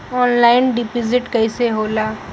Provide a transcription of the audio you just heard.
Online deposit कैसे होला?